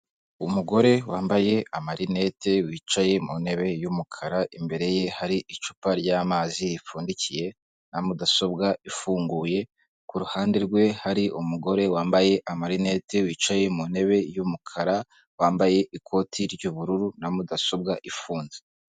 Umugore wambaye amarinete wicaye mu ntebe y'umukara imbere ye hari icupa ry'amazi ripfundikiye na mudasobwa ifunguye, ku ruhande rwe hari umugore wambaye amarinete wicaye mu ntebe y'umukara wambaye ikoti ry'ubururu na mudasobwa ifunze.